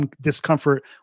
discomfort